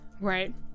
Right